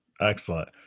Excellent